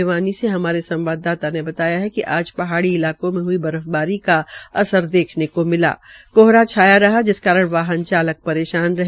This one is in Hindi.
भिवानी से हमारे संवाददाता ने बताया कि आज पहाड़ी इलाकों में हई बर्फबारी का असर देखने को मिला कोहरा छाया रहा जिस कारण वाहन चालक परेशान रहे